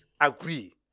agree